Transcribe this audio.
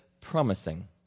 promising